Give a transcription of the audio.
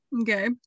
Okay